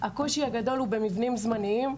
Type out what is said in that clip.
הקושי הגדול הוא במבנים זמניים.